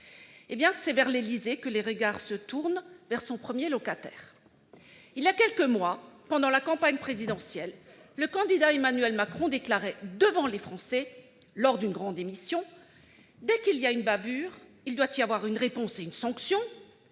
c'est vers l'Élysée que les regards se tournent, vers son premier locataire. Il y a quelques mois, pendant la campagne présidentielle, le candidat Emmanuel Macron déclarait devant les Français lors d'une grande émission :« Dès qu'il y a une bavure, il doit y avoir une réponse et une sanction